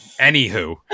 anywho